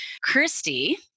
Christy